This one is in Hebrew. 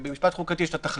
במשפט חוקתי יש את התכלית.